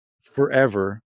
forever